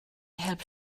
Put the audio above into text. help